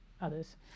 others